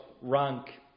rank